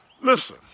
Listen